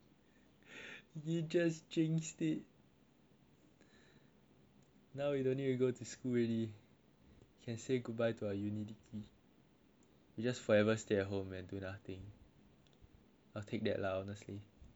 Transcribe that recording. jinxed it now we don't even need to go to school already can say goodbye to our uni we just forever stay at home and do nothing nothing that lah honestly